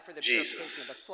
Jesus